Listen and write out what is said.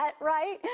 right